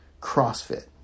CrossFit